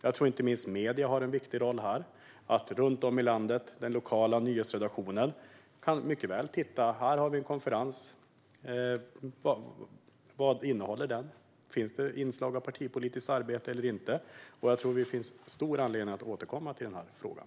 Jag tror inte minst att medierna har en viktig roll här. Runt om i landet kan lokala nyhetsredaktioner mycket väl titta på vad konferenser innehåller och om det finns inslag av partipolitiskt arbete eller inte. Jag tror att det finns stor anledning att återkomma till den här frågan.